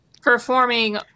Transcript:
performing